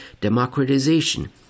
democratization